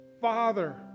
Father